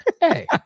Hey